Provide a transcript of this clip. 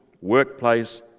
workplace